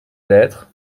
lettre